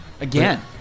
again